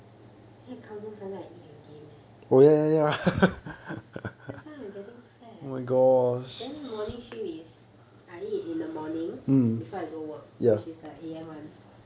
then I come home I eat again leh that's why I'm getting fat then morning shift is I eat in the morning before I go work which is the A_M one